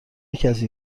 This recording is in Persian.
کسی